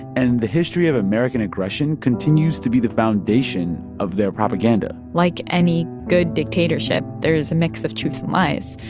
and the history of american aggression continues to be the foundation of their propaganda like any good dictatorship, there is a mix of truth and lies.